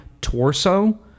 torso